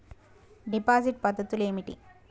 Deposit పద్ధతులు ఏమిటి?